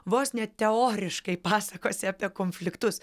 vos ne teoriškai pasakosi apie konfliktus